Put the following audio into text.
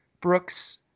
Brooks